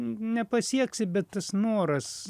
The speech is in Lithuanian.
nepasieksi bet tas noras